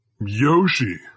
Yoshi